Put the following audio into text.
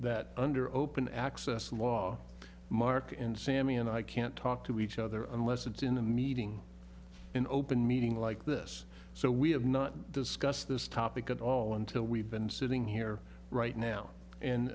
that under open access law marc and sammy and i can't talk to each other unless it's in a meeting an open meeting like this so we have not discussed this topic at all until we've been sitting here right now and